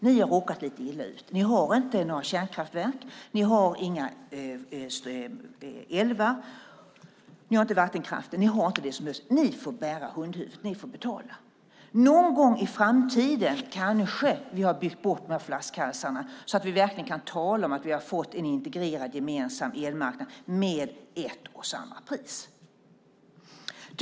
Ni har råkat lite illa ut. Ni har inte några kärnkraftverk. Ni har inga älvar och ingen vattenkraft. Ni har inte det som behövs. Ni får bära hundhuvudet. Ni får betala. Någon gång i framtiden kanske vi har byggt bort de här flaskhalsarna så att vi verkligen kan tala om att vi har fått en integrerad, gemensam elmarknad med ett och samma pris.